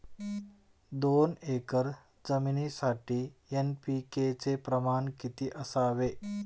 दोन एकर जमीनीसाठी एन.पी.के चे प्रमाण किती असावे?